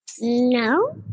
No